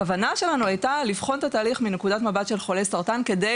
הכוונה שלנו הייתה לבחון את התהליך מנקודת מבט של חולי סרטן כדי